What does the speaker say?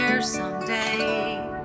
someday